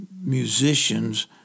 musicians